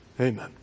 Amen